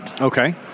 Okay